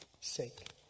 sake